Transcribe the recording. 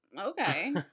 okay